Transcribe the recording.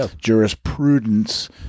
jurisprudence